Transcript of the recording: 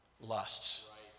lusts